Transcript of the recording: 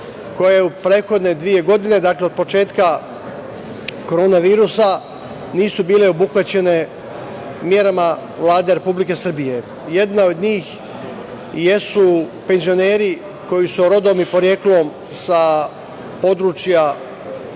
koje u prethodne dve godine, dakle, od početka korona virusa nisu bile obuhvaćene merama Vlade Republike Srbije. Jedna od njih jesu penzioneri koji su rodom i poreklom sa područja